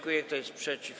Kto jest przeciw?